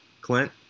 Clint